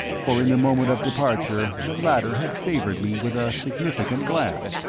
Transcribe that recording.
for in the moment of departure the latter had favoured me with a significant glance,